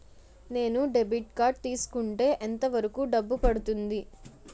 నేను debit card తీసుకుంటే ఎంత వరకు డబ్బు పడుతుంది?